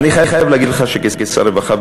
אני חייב להגיד לך שכשר הרווחה,